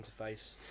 interface